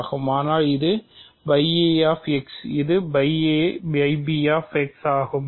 ஆனால் இதுa இது ஆகும்